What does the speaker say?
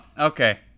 Okay